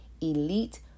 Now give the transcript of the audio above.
elite